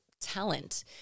talent